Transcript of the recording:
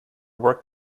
work